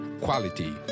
quality